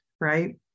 right